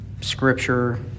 Scripture